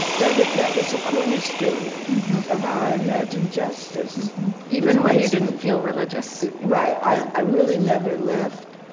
that that was the cornerstone of how i imagined justice even when you didn't feel religious right, i really never left.